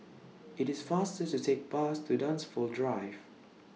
IT IS faster to Take Bus to Dunsfold Drive